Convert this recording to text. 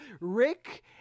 rick